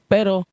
Pero